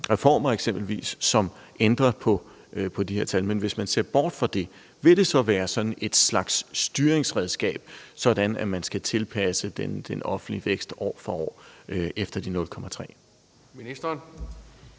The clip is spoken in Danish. reformer, som ændrer på de her tal. Men hvis man ser bort fra det, vil det så være sådan et slags styringsredskab, sådan at man skal tilpasse den offentlige vækst år for år ud fra de 0,3 pct.?